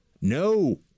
No